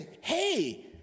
hey